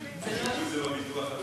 זה לא צריך,